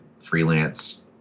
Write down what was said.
freelance